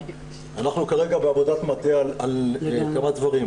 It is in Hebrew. אנחנו כרגע בעבודת מטה על כמה דברים.